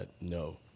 no